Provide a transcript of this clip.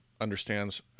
understands